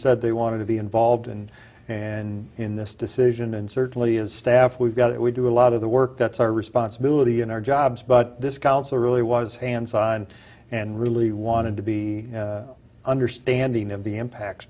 said they wanted to be involved and and in this decision and certainly as staff we've got it we do a lot of the work that's our responsibility in our jobs but this council really was hands on and really wanted to be understanding of the impact